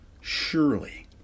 surely